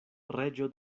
reĝo